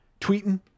tweeting